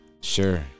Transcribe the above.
Sure